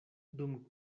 dum